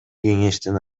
кеңештин